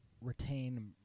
retain